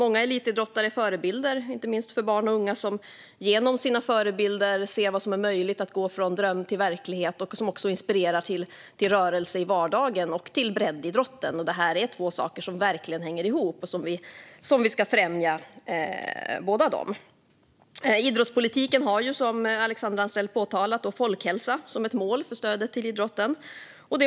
Många elitidrottare är förebilder, inte minst för barn och unga som genom sina förebilder ser det som möjligt att gå från dröm till verklighet. Det inspirerar också till rörelse i vardagen och till breddidrotten. Det här är två saker som verkligen hänger ihop och som vi båda ska främja. Idrottspolitiken och stödet till idrotten har, som Alexandra Anstrell påpekat, folkhälsa som ett mål.